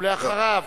ואחריו,